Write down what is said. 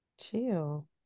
chill